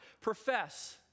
profess